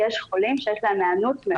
יש חולים שיש להם היענות מאוד מאוד נמוכה.